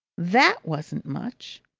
that wasn't much.